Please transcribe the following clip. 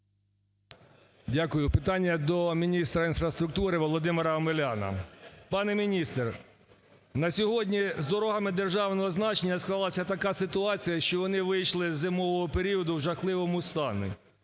Дякую. Питання до міністра інфраструктури Володимира Омеляна. Пане міністр, на сьогодні з дорогами державного значення склалася така ситуація, що вони вийшли з зимового періоду в жахливому стані.